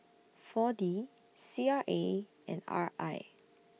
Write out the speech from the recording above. four D C R A and R I